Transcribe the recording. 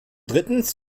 drittens